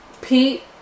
Pete